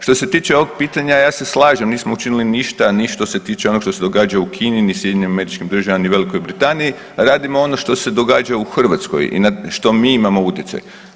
Što se tiče ovog pitanja ja se slažem nismo učinili ništa ni što se tiče onog što se događa u Kini, ni SAD-u, ni Velikoj Britaniji, radimo ono što se događa u Hrvatskoj i na što mi imamo utjecaj.